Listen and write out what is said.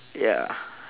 ya